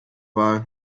wahl